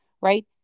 right